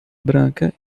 branca